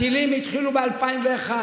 הטילים התחילו ב-2001.